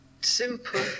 simple